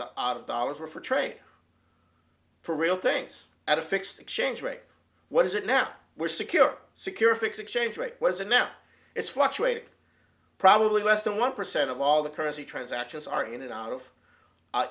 the of dollars were for trade for real things at a fixed exchange rate what is it now were secure secure fix exchange rate was and now it's fluctuated probably less than one percent of all the currency transactions are in and out of